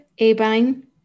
Abine